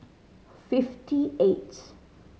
fifty eight